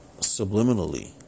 subliminally